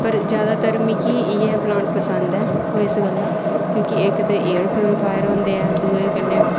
पर जादैतर मिगी इयै प्लांट पसंद ऐ ओह् इस गल्ला क्योंकि इक ते प्यूरीफायर होंदे ऐ दुए कन्नै